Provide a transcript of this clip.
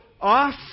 off